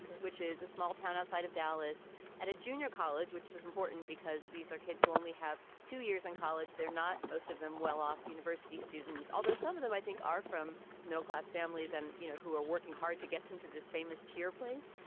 which is a small town outside of dallas at a junior college, which is important because these are kids who only have two years in college. they're not. most of them well-off university students, although some of them, i think, are from middle class families and, you know, who are working hard to get him to this famous cheer place.